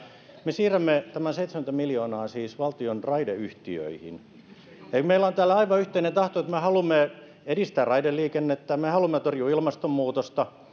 me siirrämme tämän seitsemänkymmentä miljoonaa siis valtion raideyhtiöihin eli meillä on täällä aivan yhteinen tahto että me haluamme edistää raideliikennettä me haluamme torjua ilmastonmuutosta